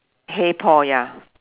hey Paul ya